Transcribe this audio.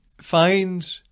find